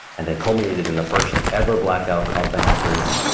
and then culminated in the first ever blackout caused by hackers,